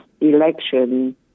election